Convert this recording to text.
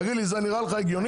תגיד לי, זה נראה לך הגיוני?